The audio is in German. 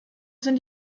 sind